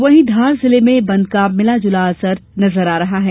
वहीं धार जिले में बंद का मिला जुला असर नजर आ रहा है